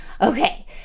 Okay